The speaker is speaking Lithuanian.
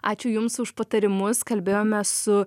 ačiū jums už patarimus kalbėjome su